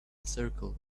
circle